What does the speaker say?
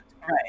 Right